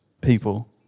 people